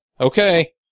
Okay